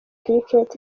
cricket